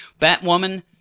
Batwoman